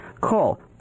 Call